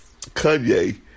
Kanye